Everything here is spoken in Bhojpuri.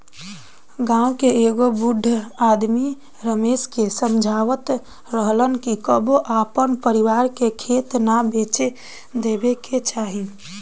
गांव के एगो बूढ़ आदमी रमेश के समझावत रहलन कि कबो आपन परिवार के खेत ना बेचे देबे के चाही